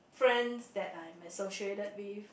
friends that I'm associated with